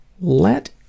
Let